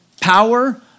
power